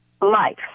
life